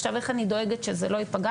עכשיו, איך אני דואגת שזה לא ייפגע?